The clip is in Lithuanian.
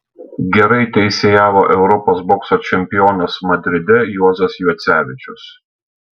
gerai teisėjavo europos bokso čempionas madride juozas juocevičius